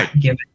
given